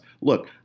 Look